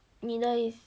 middle is